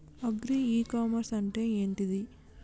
Agri e commerce అంటే ఏంటిది?